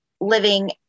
living